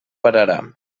pararà